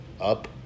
up